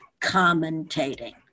commentating